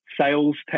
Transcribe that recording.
sales